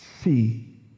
see